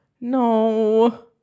No